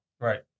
Right